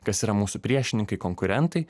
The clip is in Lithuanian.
kas yra mūsų priešininkai konkurentai